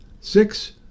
six